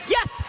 Yes